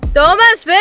thomas! but